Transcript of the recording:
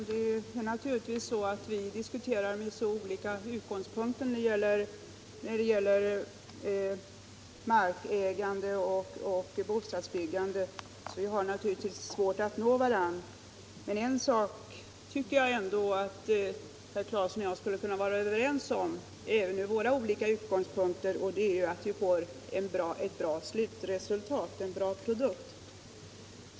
Herr talman! Först några ord till herr Claeson. Vi har så olika utgångspunkter när vi diskuterar markägande och bostadsbyggande att vi naturligtvis har svårt att nå varandra. Men en sak tycker jag ändå att herr Claeson och jag skulle kunna vara överens om trots våra olika utgångspunkter, och det är att försöka åstadkomma ett bra slutresultat, en bra produkt.